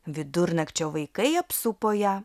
vidurnakčio vaikai apsupo ją